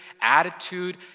attitude